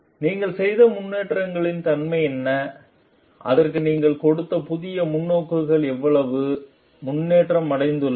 நீங்கள் செய்த முன்னேற்றங்களின் தன்மை என்ன அதற்கு நீங்கள் கொடுத்த புதிய முன்னோக்குகள் எவ்வளவு முன்னேற்றம் அடைந்துள்ளன